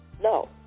No